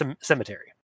Cemetery